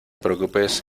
preocupes